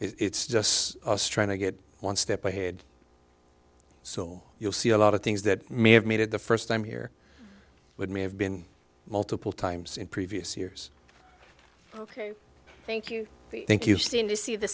it's just us trying to get one step ahead so you'll see a lot of things that may have made it the first time here but may have been multiple times in previous years ok thank you thank you seem to see the